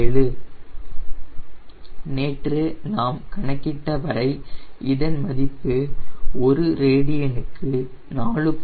47 நேற்று நாம் கணக்கிட்ட வரை இதன் மதிப்பு ஒரு ரேடியனுக்கு 4